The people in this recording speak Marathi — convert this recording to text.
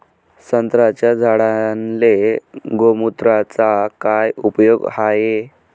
संत्र्याच्या झाडांले गोमूत्राचा काय उपयोग हाये?